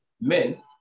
men